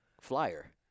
flyer